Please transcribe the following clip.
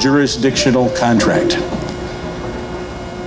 jurisdictional contract